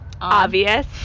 obvious